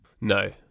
No